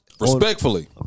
Respectfully